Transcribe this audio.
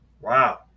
Wow